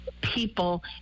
People